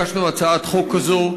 הגשנו הצעת חוק כזאת.